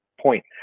point